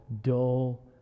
dull